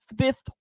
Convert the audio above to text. fifth